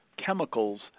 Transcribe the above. chemicals